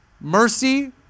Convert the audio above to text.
mercy